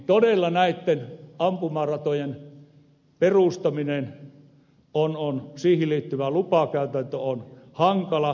todella näitten ampumaratojen perustamiseen liittyvä lupakäytäntö on hankala